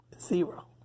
Zero